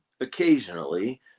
occasionally